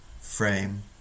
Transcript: frame